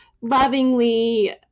lovingly